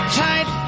tight